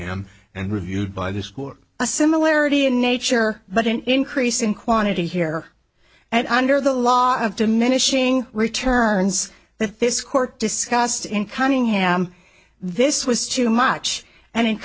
him and reviewed by this court a similarity in nature but an increase in quantity here and under the law of diminishing returns that this court discussed in cunningham this was too much and